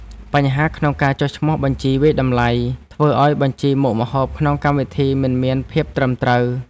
បញ្ហាក្នុងការចុះបញ្ជីវាយតម្លៃ ធ្វើឱ្យបញ្ជីមុខម្ហូបក្នុងកម្មវិធីមិនមានភាពត្រឹមត្រូវ។